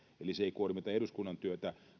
eli se ei kuormita eduskunnan työtä